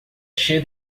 cheia